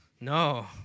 No